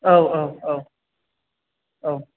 औ औ औ औ